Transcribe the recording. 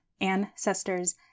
ancestors